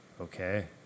Okay